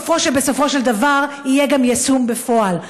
בסופו של דבר יהיה גם יישום בפועל.